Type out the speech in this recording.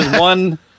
one